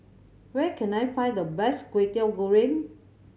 where can I find the best Kway Teow Goreng